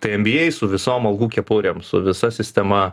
tai nba su visom algų kepurėm su visa sistema